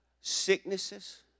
sicknesses